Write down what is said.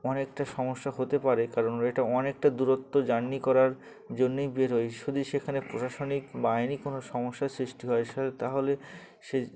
অনেকটা সমস্যা হতে পারে কারণ এটা অনেকটা দূরত্ব জার্নি করার জন্যেই বেরোয় যদি সেখানে প্রশাসনিক বা আইনি কোনো সমস্যার সৃষ্টি হয় সে তাহলে সে